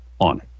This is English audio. on